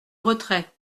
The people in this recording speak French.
retrait